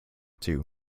too